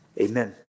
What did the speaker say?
Amen